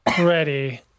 ready